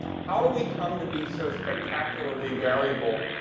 how do we come to be so spectacularly variable,